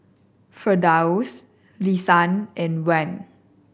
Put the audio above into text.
Firdaus Lisa and Wan